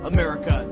America